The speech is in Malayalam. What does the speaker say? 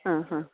ആ ആ